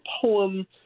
poem